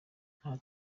nta